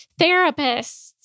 therapists